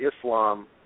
Islam